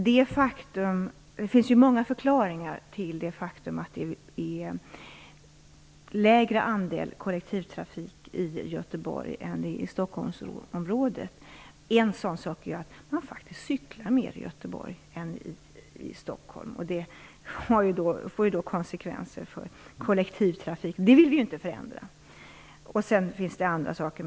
Det finns många förklaringar till det faktum att det är en mindre andel kollektivtrafik än i Stockholmsområdet. En förklaring är att man faktiskt cyklar mer i Göteborg än i Stockholm. Det får naturligtvis konsekvenser för kollektivtrafiken. Det vill vi ju inte förändra. Det finns även andra förklaringar.